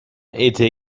était